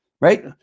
right